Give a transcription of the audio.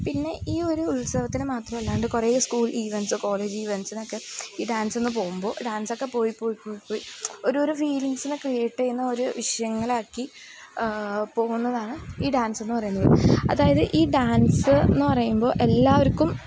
പിന്നെ ഈ ഒരു ഉത്സവത്തിന് മാത്രമല്ലാണ്ട് കുറേ സ്കൂൾ ഈവൻ്റ്സ് കോളേജ് ഈവൻ്റ്സിനൊക്കെ ഈ ഡാൻസിൽ നിന്ന് പോവുമ്പോൾ ഡാൻസൊക്കെ പോയി പോയി പോയി പോയി ഒരോരോ ഫീലിങ്സിനെ ക്രിയേറ്റ് ചെയ്യുന്ന ഒരു വിഷയങ്ങളാക്കി പോവുന്നതാണ് ഈ ഡാൻസെന്നു പറയുന്നത് അതായത് ഈ ഡാൻസ് എന്നു പറയുമ്പോൾ എല്ലാവർക്കും